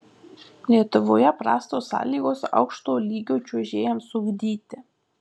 lietuvoje prastos sąlygos aukšto lygio čiuožėjams ugdyti